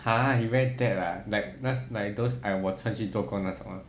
!huh! he wear that ah like last like those I 我穿去做工那种啦